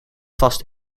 vast